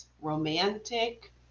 romantic